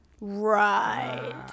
Right